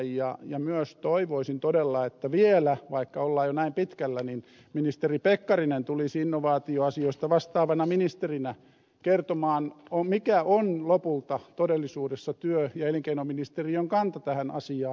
ja myös toivoisin todella että vielä vaikka ollaan jo näin pitkällä ministeri pekkarinen tulisi innovaatioasioista vastaavana ministerinä kertomaan mikä on lopulta todellisuudessa työ ja elinkeinoministeriön kanta tähän asiaan